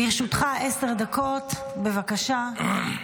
לרשותך עשר דקות, בבקשה.